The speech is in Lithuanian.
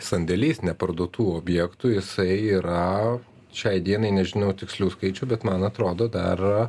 sandėliais neparduotų objektų jisai yra šiai dienai nežinau tikslių skaičių bet man atrodo dar